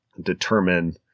determine